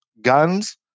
guns